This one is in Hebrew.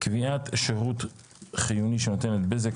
(קביעת שירות חיוני שנותנת "בזק",